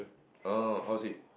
oh how's he